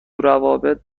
روابط